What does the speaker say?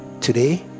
Today